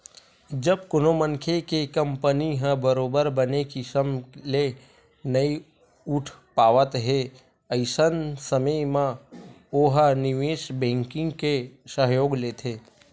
जब कोनो मनखे के कंपनी ह बरोबर बने किसम ले नइ उठ पावत हे अइसन समे म ओहा निवेस बेंकिग के सहयोग लेथे